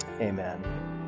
Amen